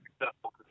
successful